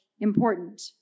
important